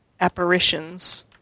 apparitions